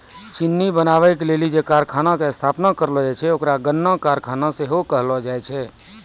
चिन्नी बनाबै के लेली जे कारखाना के स्थापना करलो जाय छै ओकरा गन्ना कारखाना सेहो कहलो जाय छै